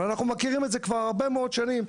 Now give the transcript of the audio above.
אנחנו מכירים את זה כבר הרבה מאוד שנים,